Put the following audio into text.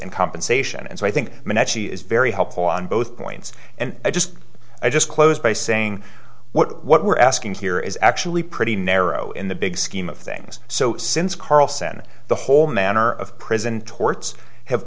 and compensation and so i think that she is very helpful on both points and i just i just close by saying what what we're asking here is actually pretty narrow in the big scheme of things so since carlson the whole manner of prison torts have